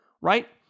right